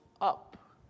up